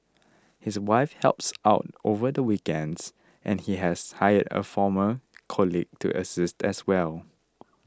his wife helps out over the weekends and he has hired a former colleague to assist as well